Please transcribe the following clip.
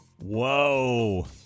Whoa